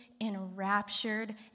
enraptured